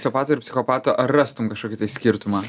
sociopato ir psichopato ar rastum kažkokį skirtumą